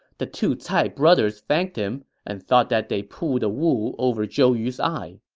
the two cai brothers thanked him and thought that they pulled the wool over zhou yu's eyes